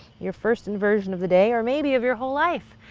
your first inversion of the day or maybe of your whole life.